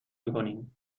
میکنیم